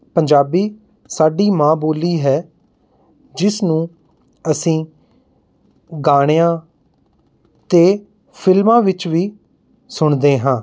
ਪੰਜਾਬੀ ਸਾਡੀ ਮਾਂ ਬੋਲੀ ਹੈ ਜਿਸ ਨੂੰ ਅਸੀਂ ਗਾਣਿਆਂ ਅਤੇ ਫਿਲਮਾਂ ਵਿੱਚ ਵੀ ਸੁਣਦੇ ਹਾਂ